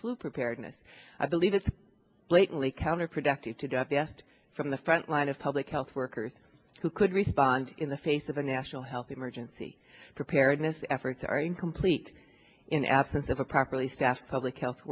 flu preparedness i believe it's blatantly counterproductive to die from the front line of public health workers who could respond in the face of a national health emergency preparedness efforts are incomplete in absence of a properly staffed public health